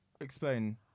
Explain